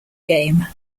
game